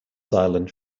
silent